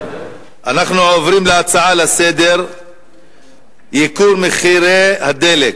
הנושא הבא הוא הצעות לסדר-היום בנושא: העלאת מחירי הדלק,